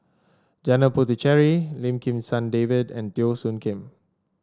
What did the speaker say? Janil Puthucheary Lim Kim San David and Teo Soon Kim